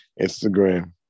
Instagram